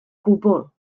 gwbl